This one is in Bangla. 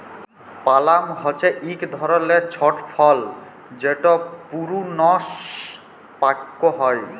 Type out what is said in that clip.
পালাম হছে ইক ধরলের ছট ফল যেট পূরুনস পাক্যে হয়